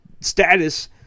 status